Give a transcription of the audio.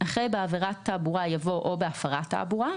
אחרי "בעבירת תעבורה" יבוא "או בהפרת תעבורה",